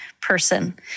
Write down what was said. person